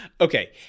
Okay